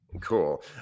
Cool